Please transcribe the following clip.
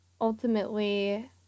ultimately